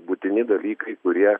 būtini dalykai kurie